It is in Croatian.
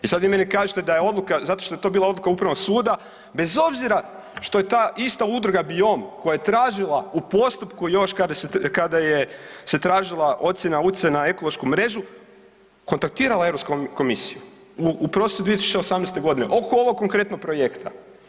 I sad vi meni kažite da je odluka, zato što je to bila odluka upravnog suda, bez obzira što je ta ista udruga BIOM koja je tražila u postupku još kada je se tražila ocjena utjecaja na ekološku mrežu kontaktirala EU komisiju u prosincu 2018. g. oko ovog konkretnog projekta.